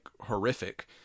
horrific